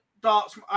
darts